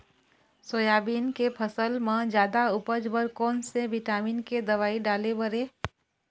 Soybean के फसल म जादा उपज बर कोन से विटामिन के दवई डाले बर ये?